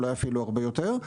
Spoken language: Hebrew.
אולי אפילו הרבה יותר.